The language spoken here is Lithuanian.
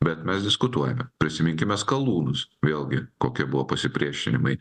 bet mes diskutuojame prisiminkime skalūnus vėlgi kokie buvo pasipriešinimai